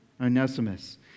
Onesimus